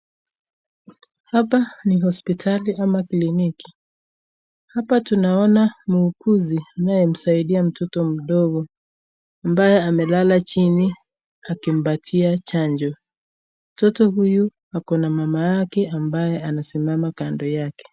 Hapa ni hospitali ama kliniki, hapa tunaona muuguzi anayomsaidia mtoto mdogo ambaye amelala chini akimpatia chanjo, mtoto huyu ako na mama yake ambaye anasimama kando yake.